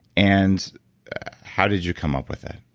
and how did you come up with it?